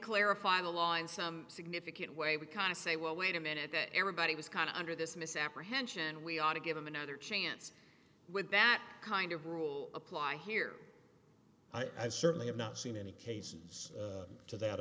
clarify the law in some significant way we kind of say well wait a minute that everybody was kind of under this misapprehension we ought to give them another chance with that kind of rule apply here i certainly have not seen any cases to that